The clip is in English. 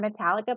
Metallica